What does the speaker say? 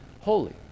holy